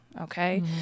okay